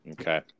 Okay